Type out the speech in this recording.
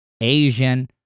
Asian